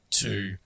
two